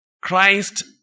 Christ